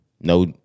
No